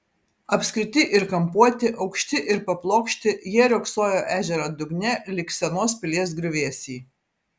apskriti ir kampuoti aukšti ir paplokšti jie riogsojo ežero dugne lyg senos pilies griuvėsiai